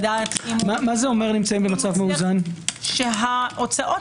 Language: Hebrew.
מה זה אומר במצב יחסית מאוזן?